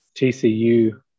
TCU –